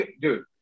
dude